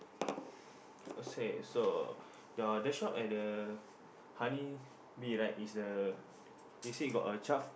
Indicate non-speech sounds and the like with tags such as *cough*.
*breath* okay so the other shop at the honey bee right is the you say got a twelve